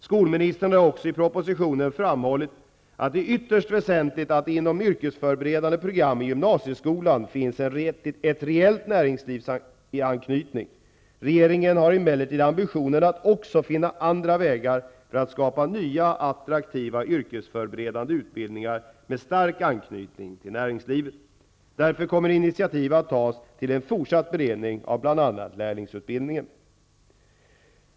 Skolministern har också i propositionen framhållit att det är ytterst väsentligt att det inom yrkesförberedande program i gymnasieskolan finns en reell näringslivsanknytning. Regeringen har emellertid ambitionen att också finna andra vägar för att skapa nya attraktiva yrkesförberedande utbildningar med stark anknytning till näringslivet. Därför kommer initiativ att tas till en fortsatt beredning av bl.a.